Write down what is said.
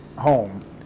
home